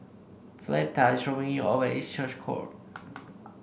Fleeta is dropping me off at East Church call